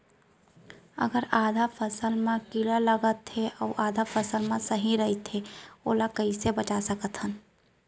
अगर आधा फसल म कीड़ा लग जाथे अऊ आधा फसल ह सही रइथे त ओला कइसे बचा सकथन?